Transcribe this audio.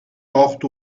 acht